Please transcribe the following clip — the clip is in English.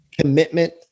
commitment